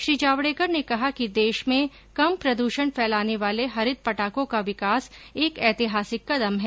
श्री जावड़ेकर ने कहा कि देश में कम प्रदूषण फैलाने वाले हरित पटाखों का विकास एक ऐतिहासिक कदम है